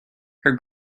her